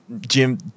Jim